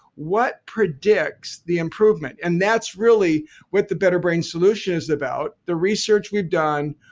what predicts the improvement and that's really what the better brain solution is about. the research we've done,